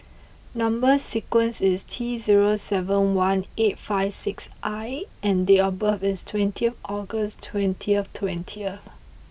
number sequence is T zero seven one eight five six I and date of birth is twenty August twenty twenty